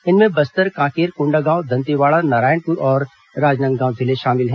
इनमें बस्तर कांकेर कोंडागांव दंतेवाड़ा नारायणपुर और राजनांदगांव जिले शामिल हैं